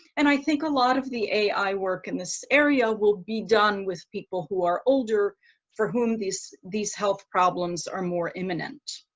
and i think a lot of the ai work in this area will be done with people who are older for whom these these health problems are more imminent.